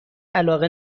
علاقه